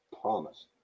Promise